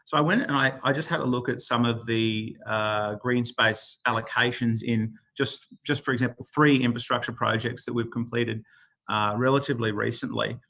so i went and i just had a look at some of the green space allocations in just, for example, three infrastructure projects that we've completed relatively recently.